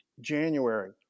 January